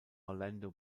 orlando